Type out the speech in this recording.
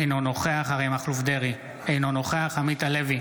אינו נוכח אריה מכלוף דרעי, אינו נוכח עמית הלוי,